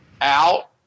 out